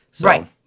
Right